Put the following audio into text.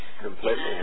completely